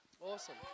Awesome